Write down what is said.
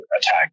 attack